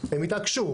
התעקשו.